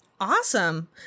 awesome